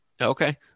okay